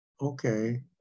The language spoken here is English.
Okay